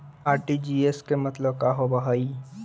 RTGS के मतलब का होव हई?